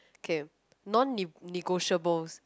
okay non ne~ negotiables